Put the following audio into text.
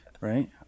right